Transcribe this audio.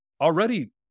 already